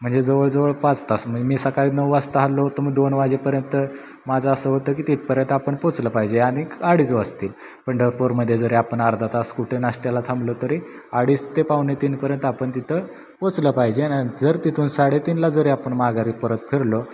म्हणजे जवळजवळ पाच तास म्हणजे मी सकाळी नऊ वाजता हाललो होतो म्हणजे दोन वाजेपर्यंत माझं असं होतं की तिथपर्यंत आपण पोचलं पाहिजे आणि अडीच वाजतील पंढरपूरमध्ये जरी आपण अर्धा तास कुठे नाश्त्याला थांबलो तरी अडीच ते पावणेतीनपर्यंत आपण तिथं पोचलं पाहिजे आणि जर तिथून साडेतीनला जरी आपण माघारी परत फिरलो